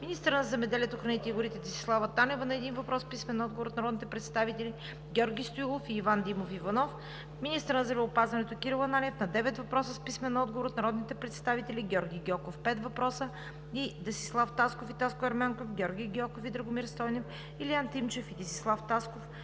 министърът на земеделието, храните и горите Десислава Танева – на един въпрос с писмен отговор от народните представители Георги Стоилов и Иван Димов Иванов; - министърът на здравеопазването Кирил Ананиев – на девет въпроса с писмен отговор от народните представители Георги Гьоков (пет въпроса); Десислав Тасков и Таско Ерменков; Георги Гьоков и Драгомир Стойнев; Илиян Тимчев и Десислав Тасков;